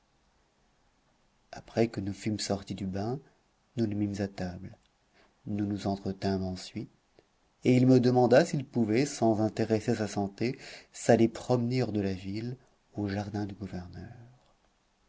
après que nous fûmes sortis du bain nous nous mîmes à table nous nous entretînmes ensuite et il me demanda s'il pouvait sans intéresser sa santé s'aller promener hors de la ville au jardin du gouverneur